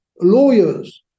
lawyers